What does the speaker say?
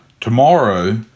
Tomorrow